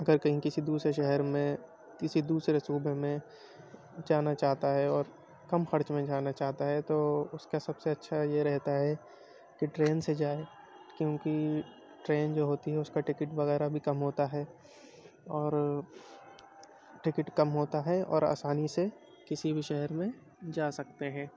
اگر کہیں کسی دوسرے شہر میں کسی دوسرے صوبے میں جانا چاہتا ہے اور کم خرچ میں جانا چاہتا ہے تو اس کا سب سے اچھا یہ رہتا ہے کہ ٹرین سے جائے کیوں کہ ٹرین جو ہوتی ہیں اس کا ٹکٹ وغیرہ بھی کم ہوتا ہے اور ٹکٹ کم ہوتا ہے اور آسانی سے کسی بھی شہر میں جا سکتے ہیں